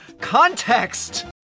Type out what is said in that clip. context